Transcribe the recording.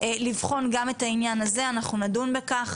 לבחון גם את העניין הזה ואנחנו נדון בכך